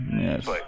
Yes